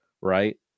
right